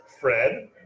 Fred